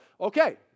okay